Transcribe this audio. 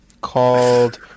called